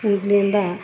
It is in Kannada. ಕುಂಡ್ಲಿ ಇಂದ